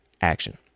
action